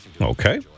Okay